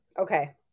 okay